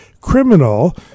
criminal